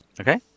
Okay